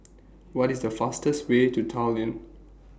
What IS The fastest Way to Tallinn